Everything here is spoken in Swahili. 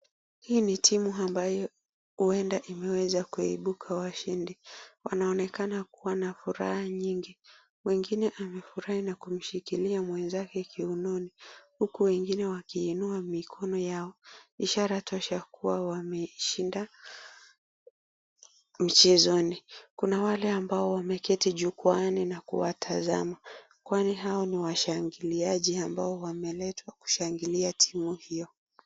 Hii ni timu ambayo huenda ikaibuka kuwa washindi, wanaonekana kuwa wanafuraha nyingi, wengine wamefurahi na kushikilia mwenzake kiunini, huku wengine wakiinua mikono yao ishara tosha kuwa wameshinda mchezoni, kuna wale amabo wameketi jukwaani na kuwatazama, kwani hao ni washangiliaji ambao wameletwa ili kushangilia timu hio.